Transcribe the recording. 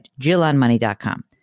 jillonmoney.com